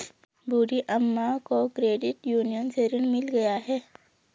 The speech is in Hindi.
बूढ़ी अम्मा को क्रेडिट यूनियन से ऋण मिल गया है